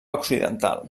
occidental